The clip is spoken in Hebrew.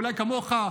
אולי כמוך,